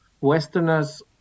Westerners